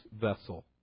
vessel